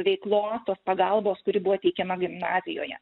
veiklos tos pagalbos kuri buvo teikiama gimnazijoje